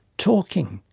talking,